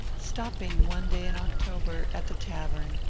stopping one day in october, at the tavern,